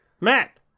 Matt